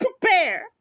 Prepare